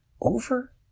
over